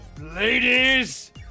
Ladies